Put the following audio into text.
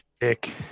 dick